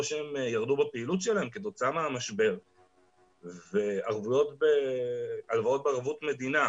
או שהם ירדו מהפעילות שלהם כתוצאה מהמשבר והלוואות בערבות מדינה,